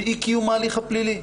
מאי קיום ההליך הפלילי,